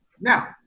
Now